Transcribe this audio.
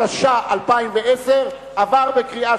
התש"ע 2010, עבר בקריאה